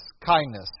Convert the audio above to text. kindness